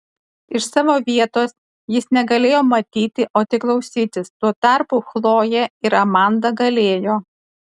iš savo vietos jis negalėjo matyti o tik klausytis tuo tarpu chlojė ir amanda galėjo